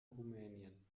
rumänien